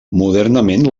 modernament